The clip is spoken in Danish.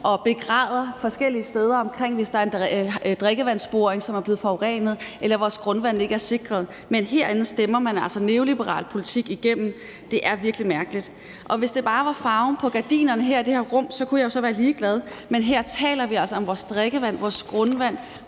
hvis der forskellige steder er en drikkevandsboring, som er blevet forurenet, eller vores grundvand ikke er sikret. Men herinde stemmer man altså neoliberal politik igennem. Det er virkelig mærkeligt. Hvis det bare var farven på gardinerne i det her rum, det handlede om, kunne jeg jo så være ligeglad, men her taler vi altså om vores drikkevand, vores grundvand,